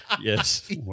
Yes